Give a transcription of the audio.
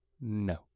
No